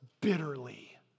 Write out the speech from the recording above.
bitterly